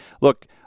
look